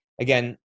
Again